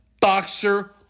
boxer